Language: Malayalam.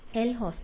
വിദ്യാർത്ഥി